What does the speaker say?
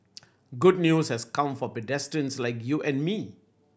good news has come for pedestrians like you and me